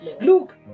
Look